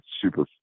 Super